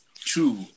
True